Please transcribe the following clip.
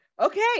Okay